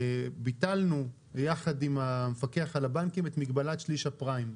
ביטלנו ביחד עם המפקח על הבנקים את מגבלת שליש הפריים.